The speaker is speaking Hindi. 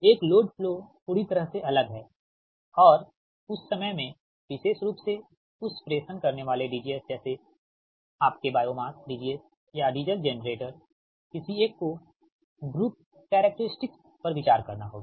एक लोड फ्लो पूरी तरह से अलग है और उस समय में विशेष रूप से उस प्रेषण करने वाले DGs जैसे आपके बायो मास DGs या डीजल जेनरेटर किसी एक को ड्रुप कैरेक्टेरिस्टीक्स पर विचार करना होगा